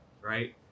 right